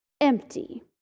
empty